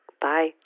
Bye